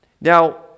Now